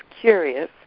curious